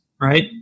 right